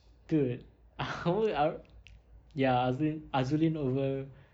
dude ugh uh ah ya azuleen azuleen over